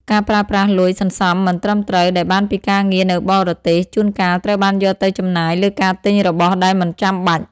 ការប្រើប្រាស់លុយសន្សំមិនត្រឹមត្រូវដែលបានពីការងារនៅបរទេសជួនកាលត្រូវបានយកទៅចំណាយលើការទិញរបស់ដែលមិនចាំបាច់។